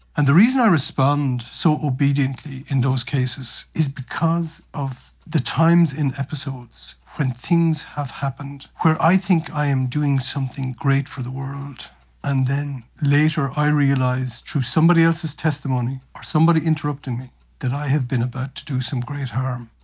and the reason i respond so obediently in those cases it is because of the times in episodes when things have happened where i think i am doing something great for the world and then later i realise through somebody else's testimony or somebody interrupting me that i have been about to do some great harm.